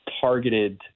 targeted